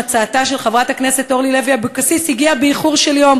הצעתה של חברת הכנסת אורלי לוי אבקסיס הגיעה באיחור של יום,